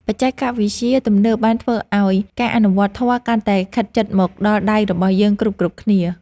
បច្ចេកវិទ្យាទំនើបបានធ្វើឱ្យការអនុវត្តធម៌កាន់តែខិតជិតមកដល់ដៃរបស់យើងគ្រប់ៗគ្នា។